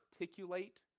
articulate